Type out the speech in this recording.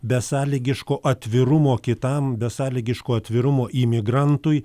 besąlygiško atvirumo kitam besąlygiško atvirumo imigrantui